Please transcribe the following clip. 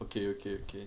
okay okay okay